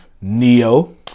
neo